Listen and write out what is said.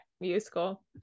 musical